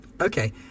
Okay